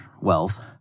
wealth